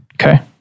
Okay